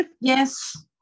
Yes